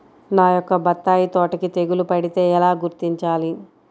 నా యొక్క బత్తాయి తోటకి తెగులు పడితే ఎలా గుర్తించాలి?